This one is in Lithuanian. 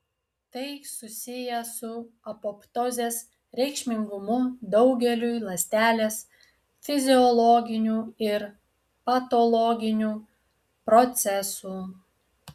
tai susiję su apoptozės reikšmingumu daugeliui ląstelės fiziologinių ir patologinių procesų